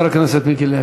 חבר הכנסת מיקי לוי.